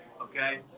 okay